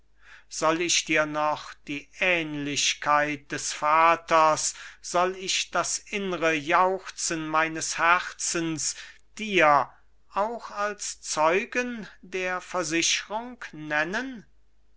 ists soll ich dir noch die ähnlichkeit des vaters soll ich das innre jauchzen meines herzens dir auch als zeugen der versichrung nennen